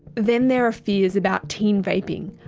then there are fears about teen vaping.